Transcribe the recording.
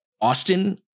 Austin